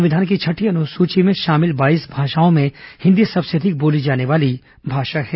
संविधान की छठी अनुसूची में शामिल बाईस भाषाओं में हिंदी सबसे अधिक बोली जाने वाली भाषा है